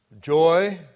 Joy